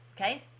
okay